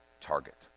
target